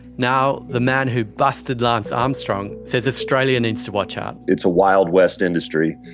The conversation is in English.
now the man who busted lance armstrong says australia needs to watch out. it's a wild west industry.